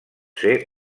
ser